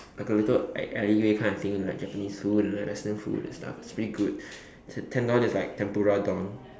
like a little a~ alleyway kind of thing like Japanese food and Western food and stuff it's pretty good tendon is like tempura Don